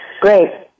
Great